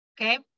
okay